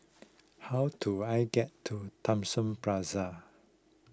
how do I get to Thomson Plaza